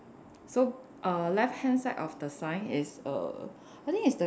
so err left hand side of the sign is a I think is the